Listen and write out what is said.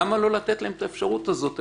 למה לא לתת להם את האפשרות הזאת?